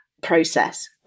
process